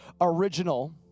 original